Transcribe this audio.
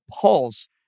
Pulse